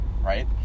Right